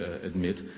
admit